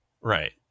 right